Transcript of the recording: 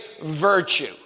virtue